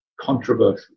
controversial